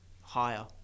higher